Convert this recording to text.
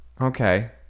Okay